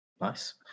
Nice